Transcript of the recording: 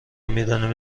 میدانیم